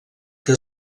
que